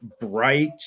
bright